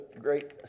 great